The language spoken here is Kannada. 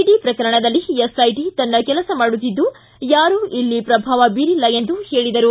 ಡಿ ಪ್ರಕರಣದಲ್ಲಿ ಎಸ್ಐಟಿ ತನ್ನ ಕೆಲಸ ಮಾಡುತ್ತಿದ್ದು ಯಾರು ಇಲ್ಲಿ ಪ್ರಭಾವ ಬೀರಿಲ್ಲ ಎಂದರು